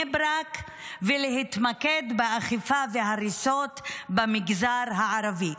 ברק ולהתמקד באכיפה ובהריסות במגזר הערבי.